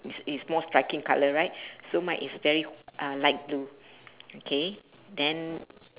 it's it's more striking colour right so mine is very uh light blue okay then